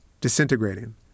disintegrating